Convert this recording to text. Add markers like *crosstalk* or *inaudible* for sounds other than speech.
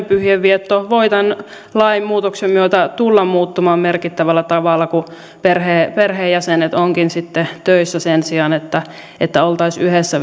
*unintelligible* pyhien vietto voi tämän lainmuutoksen myötä tulla muuttumaan merkittävällä tavalla kun perheenjäsenet ovatkin sitten töissä sen sijaan että että oltaisiin yhdessä *unintelligible*